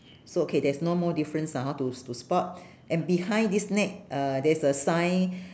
so okay there's no more difference lah hor to to spot and behind this net uh there's a sign